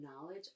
knowledge